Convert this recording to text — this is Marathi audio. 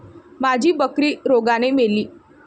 माझी बकरी रोगाने मेली